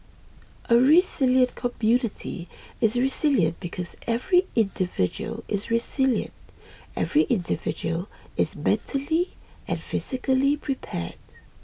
a resilient community is resilient because every individual is resilient every individual is mentally and physically prepared